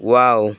wow